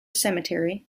cemetery